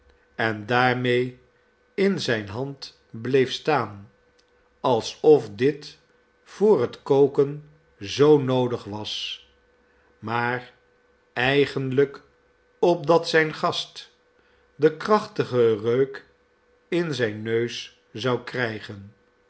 en daarmede in zijne hand bleef staan alsof dit voor het koken zoo noodig was maar eigenlijk opdat zijn gast den krachtigen reuk in zijn neus zou krijgen